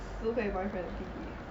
si hui boyfriend 的弟弟